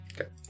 Okay